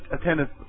attendance